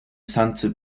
santo